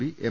P M